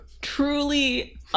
Truly